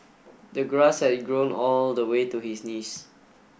the grass had grown all the way to his knees